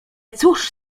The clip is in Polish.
cóż